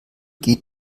geht